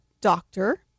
doctor